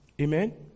Amen